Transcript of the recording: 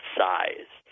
size